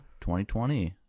2020